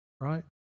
right